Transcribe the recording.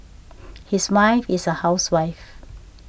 his wife is a housewife